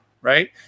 right